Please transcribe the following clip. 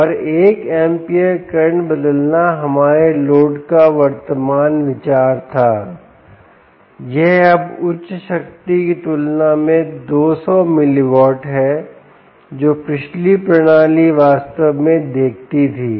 और एक ampere current बदलना हमारे लोड का वर्तमान विचार था यह अब उच्च शक्ति की तुलना में 2 सौ मिली वाट है जो पिछली प्रणाली वास्तव में देखती थी